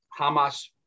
Hamas